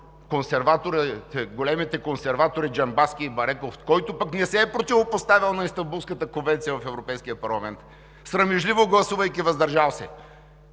големите консерватори Джамбазки и Бареков, който пък не се е противопоставил на Истанбулската конвенция в Европейския парламент, срамежливо гласувайки „въздържал се“,